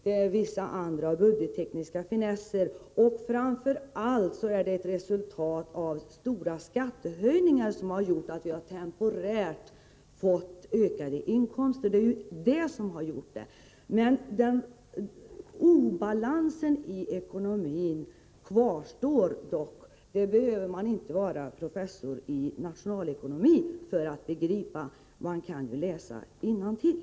Det finns andra budgettekniska finesser, men framför allt är det som resultat av stora skattehöjningar som vi temporärt fått ökade inkomster. Det är ju detta som gjort det hela. Obalansen i ekonomin kvarstår dock. Man behöver inte vara professor i nationalekonomi för att begripa det. Man kan läsa innantill.